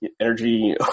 energy